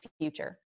future